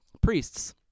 Priests